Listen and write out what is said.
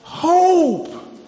Hope